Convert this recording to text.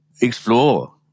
explore